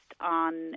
on